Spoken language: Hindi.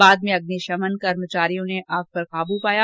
बाद में अग्नि शमन कर्मचारियों ने आग पर काब पाया